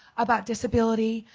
about disability,